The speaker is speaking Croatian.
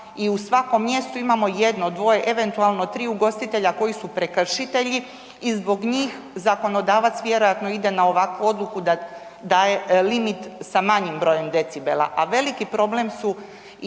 i u svakom mjestu imamo jedno, dvoje eventualno tri ugostitelja koji su prekršitelji i zbog njih zakonodavac vjerojatno ide na ovakvu odluku da daje limit sa manjim brojem decibela,